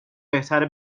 بهتره